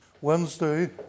Wednesday